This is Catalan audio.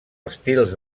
estils